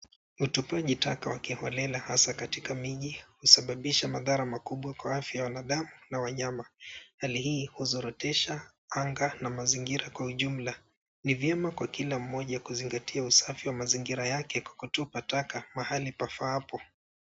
Utupaji taka wa kiholelela hasa katika miji husababisha madhara makubwa kwa afya wa wanadamu na wanyama. Hali hii huzorotesha anga na mazingira kwa ujumla. Ni vyema kwa kila mmoja kuzingatia usafi wa mazingira yake kwa kutupa taka mahali pafaapo.